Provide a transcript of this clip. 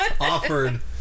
Offered